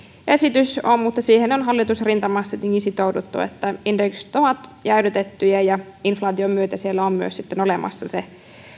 esitys on mutta hallitusrintamassa on tietenkin sitouduttu siihen että indeksit ovat jäädytettyjä ja inflaation myötä siellä on sitten olemassa myös se